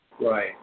Right